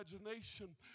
imagination